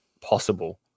possible